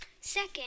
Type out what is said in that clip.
Second